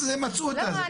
לא, לא.